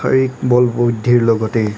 শাৰীৰিক বল বুদ্ধিৰ লগতে